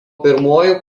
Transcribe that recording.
pirmuoju